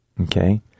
Okay